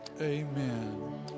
amen